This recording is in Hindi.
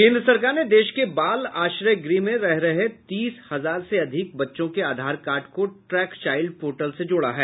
केन्द्र सरकार ने देश के बाल आश्रय गृह में रह रहे तीस हजार से अधिक बच्चों के आधार कार्ड को ट्रैक चाइल्ड पोर्टल से जोड़ा है